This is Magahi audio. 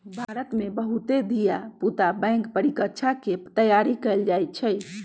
भारत में बहुते धिया पुता बैंक परीकछा के तैयारी करइ छइ